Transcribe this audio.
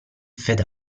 fed